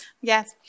Yes